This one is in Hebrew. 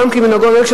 עולם כמנהגו נוהג,